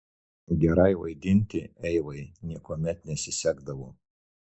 gerai vaidinti eivai niekuomet nesisekdavo